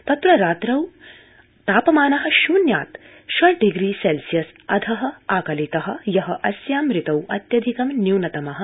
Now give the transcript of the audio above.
तत्र रात्रौ तापमान शन्यात् षड् डिप्री सेल्सियस अध आकलित य अस्यां ऋतौ अत्यधिकं न्यूनतम अंकित